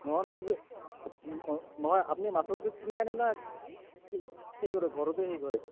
নহয় নহয় কি বোলে নহয় আপুনি মাছৰুমটো কিনি আনে নে সেই কৰে ঘৰতে হেৰি কৰে